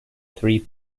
three